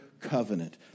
covenant